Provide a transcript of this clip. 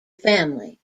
family